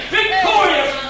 victorious